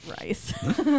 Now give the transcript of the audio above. rice